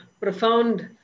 profound